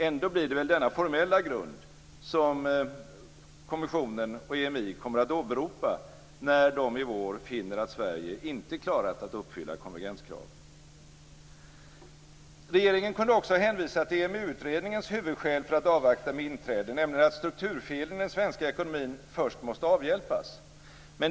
Ändå blir väl detta den formella grund som kommissionen och EMI kommer att åberopa när de i vår finner att Sverige inte klarat att uppfylla konvergenskraven. Regeringen kunde också ha hänvisat till EMU utredningens huvudskäl för att avvakta med inträde, nämligen att strukturfelen i den svenska ekonomin först måste avhjälpas.